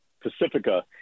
Pacifica